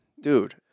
Dude